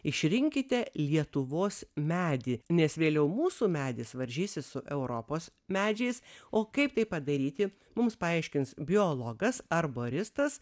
išrinkite lietuvos medį nes vėliau mūsų medis varžysis su europos medžiais o kaip tai padaryti mums paaiškins biologas arboristas